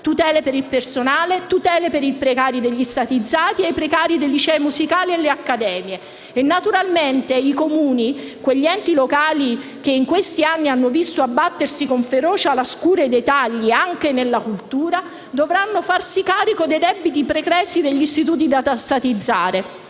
tutele per il personale, tutele per i precari degli statizzati e i precari dei licei musicali e le accademie. E naturalmente i Comuni, quegli enti locali che in questi anni hanno visto abbattersi con ferocia la scure dei tagli anche nella cultura, dovranno farsi carico dei debiti pregressi degli istituti da statizzare.